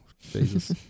Jesus